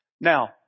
Now